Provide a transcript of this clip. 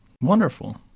Wonderful